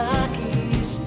Rockies